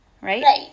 Right